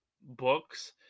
books